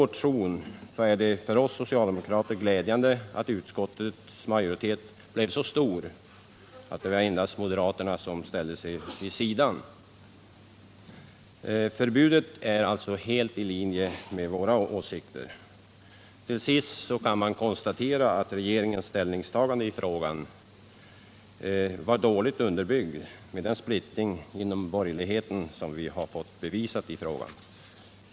Det är för oss socialdemokrater glädjande att utskottets majoritet blev så stor att det endast var moderaterna som ställde sig vid sidan. Förbudet är alltså helt i linje med våra åsikter. Till sist kan man konstatera att regeringens ställningstagande i frågan var dåligt underbyggt med den splittring inom borgerligheten som vi har fått bevisad i detta fall.